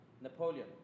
Napoleon